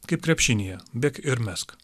kaip krepšinyje bėk ir mesk